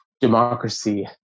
democracy